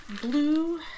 Blue